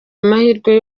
amahirwe